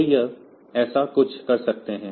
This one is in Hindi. तो हम ऐसा कुछ कर सकते हैं